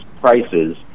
prices